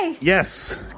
Yes